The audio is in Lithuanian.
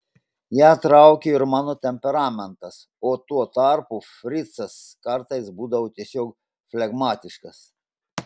ją traukė ir mano temperamentas o tuo tarpu fricas kartais būdavo tiesiog flegmatiškas